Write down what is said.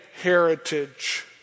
heritage